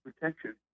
protection